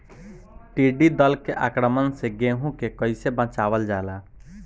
टिडी दल के आक्रमण से गेहूँ के कइसे बचावल जाला?